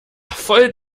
voll